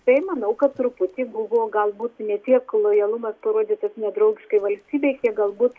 tai manau kad truputį buvo galbūt ne tiek lojalumas parodytas nedraugiškai valstybei kiek galbūt